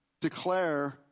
declare